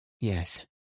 Yes